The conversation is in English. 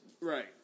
Right